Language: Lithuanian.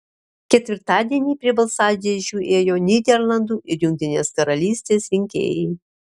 ketvirtadienį prie balsadėžių ėjo nyderlandų ir jungtinės karalystės rinkėjai